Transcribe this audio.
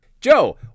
Joe